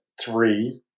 three